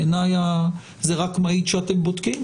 בעיניי זה רק מעיד שאתם בודקים.